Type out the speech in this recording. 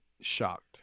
shocked